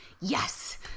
yes